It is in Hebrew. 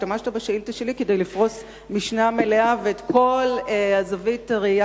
השתמשת בשאילתא שלי כדי לפרוס משנה מלאה ואת כל זווית הראייה